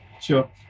Sure